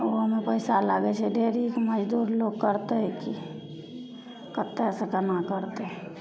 पढ़ैमे पइसा लागै छै ढेरिक तऽ मजदूरलोक करतै कि कतएसे कोना करतै